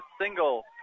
single